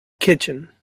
kitchen